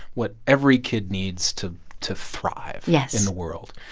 what every kid needs to to thrive yes. in the world.